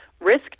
risk